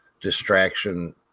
distraction